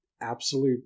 absolute